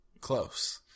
close